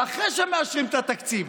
ואחרי שמאשרים את התקציב,